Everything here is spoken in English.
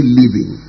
living